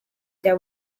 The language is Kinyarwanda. rya